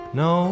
no